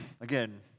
again